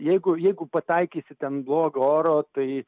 jeigu jeigu pataikysit ant blogo oro tai